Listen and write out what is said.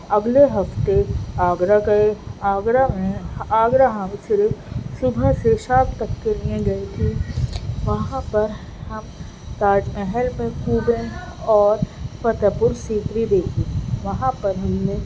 اگلے ہفتے آگرہ گئے آگرہ میں آگرہ ہم صرف صبح سے شام تک کے لئے گئے تھے وہاں پر ہم تاج محل میں گھومے اور فتح پور سیکری دیکھی وہاں پر ہم نے